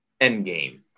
Endgame